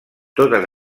totes